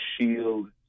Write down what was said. shield